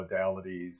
modalities